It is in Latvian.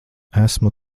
esmu